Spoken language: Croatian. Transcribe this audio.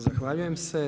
Zahvaljujem se.